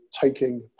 taking